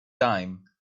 time